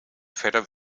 verder